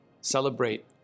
celebrate